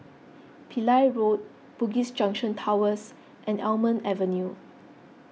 Pillai Road Bugis Junction Towers and Almond Avenue